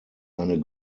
eine